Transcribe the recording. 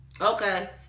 okay